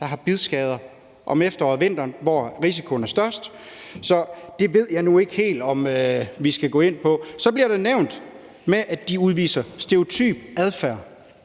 der har bidskader om efteråret og vinteren, hvor risikoen er størst. Så det ved jeg nu ikke helt om vi skal gå ind på. Så bliver der nævnt, at de udviser stereotyp adfærd.